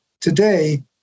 today